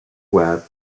web